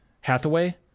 Hathaway